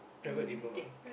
private diploma